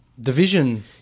Division